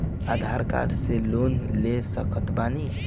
आधार card से loan ले सकत बणी?